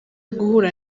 guhura